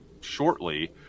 shortly